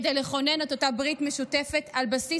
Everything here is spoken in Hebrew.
כדי לכונן את אותה ברית משותפת על בסיס